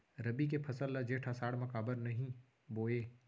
रबि के फसल ल जेठ आषाढ़ म काबर नही बोए?